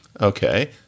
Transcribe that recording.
okay